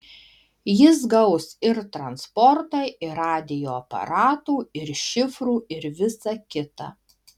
jis gaus ir transportą ir radijo aparatų ir šifrų ir visa kita